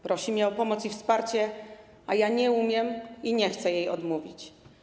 Prosi mnie o pomoc i wsparcie, a ja nie umiem i nie chcę jej odmówić.